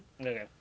Okay